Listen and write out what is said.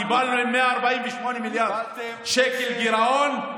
קיבלנו 148 מיליארד שקל גירעון,